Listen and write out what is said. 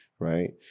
Right